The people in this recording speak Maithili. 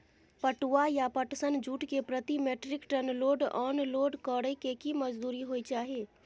पटुआ या पटसन, जूट के प्रति metric ton load unload करै के की मजदूरी होय चाही?